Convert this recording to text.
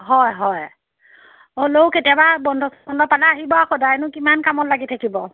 হয় হয় হ'লেও কেতিয়াবা বন্ধ চন্ধ পালে আহিব সদায়নো কিমান কামত লাগি থাকিব